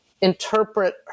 interpret